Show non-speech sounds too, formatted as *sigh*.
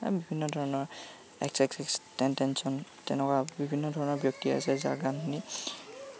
বিভিন্ন ধৰণৰ *unintelligible* তেনেকুৱা বিভিন্ন ধৰণৰ ব্যক্তি আছে যাৰ গান শুনি